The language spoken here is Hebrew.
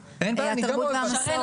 התרבות והמסורת --- שרן,